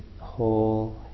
whole